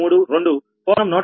532 కోణం 183